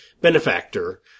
benefactor